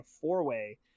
four-way